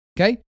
Okay